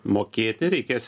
mokėti reikės